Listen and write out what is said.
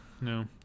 no